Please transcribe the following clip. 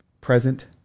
present